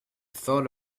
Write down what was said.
thought